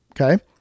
Okay